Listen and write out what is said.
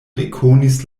rekonis